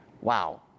Wow